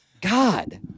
God